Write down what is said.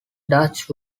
dutch